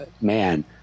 man